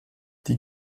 die